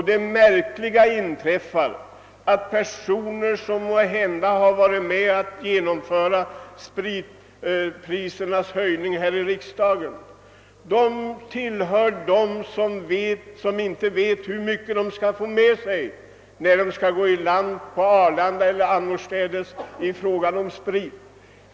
Det märkliga inträffar nu att personer som måhända här i riksdagen har varit med om att genomföra höjningar av spritpriserna tillhör dem som inte vet hur mycket de skall få med sig när de t.ex. lämnar flygplanet på Arlanda.